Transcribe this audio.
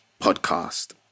podcast